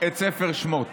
את ספר שמות